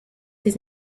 his